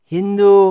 Hindu